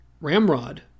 ramrod